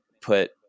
put